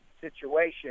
situation